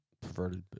perverted